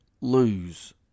lose